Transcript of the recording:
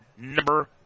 number